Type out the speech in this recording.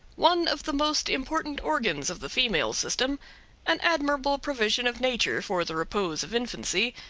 one of the most important organs of the female system an admirable provision of nature for the repose of infancy,